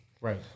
Right